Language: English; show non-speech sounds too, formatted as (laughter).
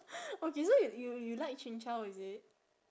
(laughs) okay so you you like chin-chow is it